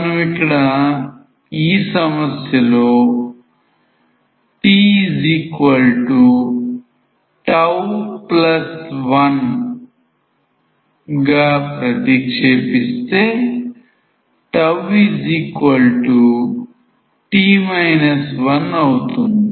మనం ఇక్కడ ఈ సమస్యలో tτ1 గా ప్రతిక్షేపిస్తే τt 1 అవుతుంది